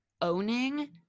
owning